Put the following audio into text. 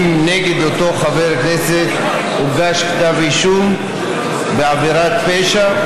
אם נגד אותו חבר כנסת הוגש כתב אישום בעבירת פשע,